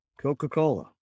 Coca-Cola